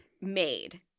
Made